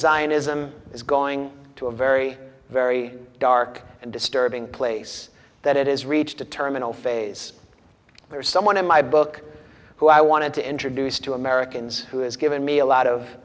zionism is going to a very very dark and disturbing place that it has reached a terminal phase where someone in my book who i wanted to introduce to americans who has given me a lot of